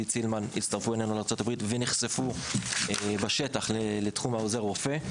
עידית סילמן הצטרפו אלינו לארצות-הברית ונחשפו בשטח לתחום עוזר הרופא.